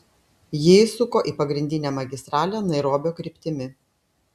ji įsuko į pagrindinę magistralę nairobio kryptimi